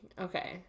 Okay